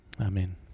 Amen